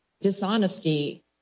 dishonesty